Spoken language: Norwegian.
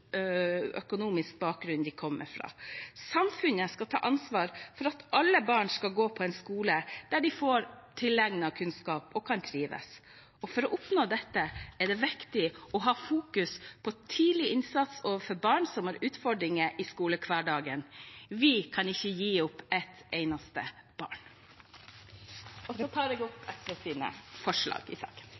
økonomisk bakgrunn de kommer fra. Samfunnet skal ta ansvar for at alle barn kan gå på en skole der de får tilegnet seg kunnskaper og kan trives. For å oppnå dette er det viktig å fokusere på tidlig innsats overfor barn som har utfordringer i skolehverdagen. Vi kan ikke gi opp et eneste barn! Med det tar jeg opp SVs forslag i saken. Da har representanten Mona Fagerås tatt opp SVs forslag i saken.